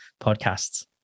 podcasts